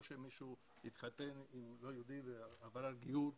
או שמישהו התחתן עם לא יהודי ועבר גיור,